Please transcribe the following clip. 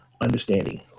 understanding